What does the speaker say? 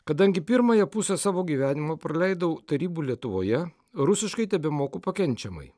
kadangi pirmąją pusę savo gyvenimo praleidau tarybų lietuvoje rusiškai tebemoku pakenčiamai